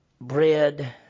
bread